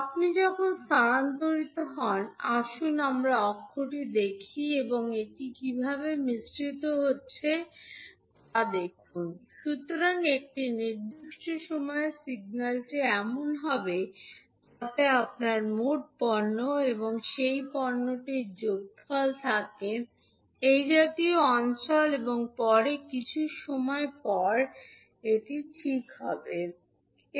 আপনি যখন স্থানান্তরিত হন আসুন আমরা অক্ষটি দেখি এবং এটি কীভাবে মিশ্রিত হচ্ছে তা দেখুন সুতরাং একটি নির্দিষ্ট সময়ে সিগন্যালটি এমন হবে যাতে আপনার মোট পণ্য এবং সেই পণ্যটির যোগফল থাকে যা এই জাতীয় অঞ্চল এবং পরে কিছু পরে সময় এই ঠিক হবে ঠিক হবে